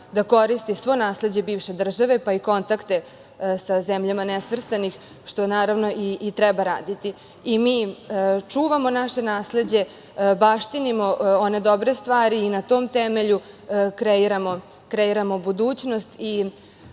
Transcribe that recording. da koristi svo nasleđe bivše države, pa i kontakte sa zemljama nesvrstanih, što naravno i treba raditi. Mi čuvamo naše nasleđe, baštinimo one dobre stvari i na tom temelju kreiramo budućnost